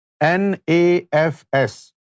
N-A-F-S